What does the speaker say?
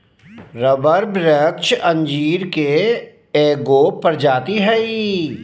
rubber वृक्ष अंजीर के एगो प्रजाति हइ